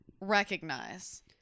recognize